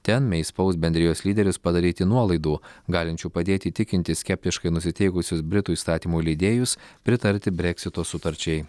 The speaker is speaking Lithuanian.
ten mei spaus bendrijos lyderius padaryti nuolaidų galinčių padėti įtikinti skeptiškai nusiteikusius britų įstatymų leidėjus pritarti breksito sutarčiai